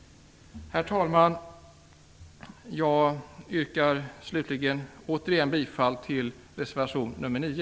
Herr talman! Jag yrkar slutligen bifall till reservation nr 9.